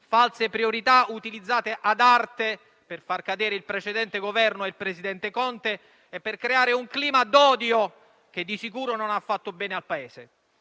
false priorità utilizzate ad arte per far cadere il precedente Governo e il presidente Conte e per creare un clima d'odio, che di sicuro non ha fatto bene al Paese.